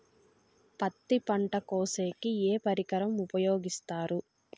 పత్తి పంట కోసేకి ఏ పరికరం ఉపయోగిస్తారు?